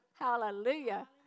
Hallelujah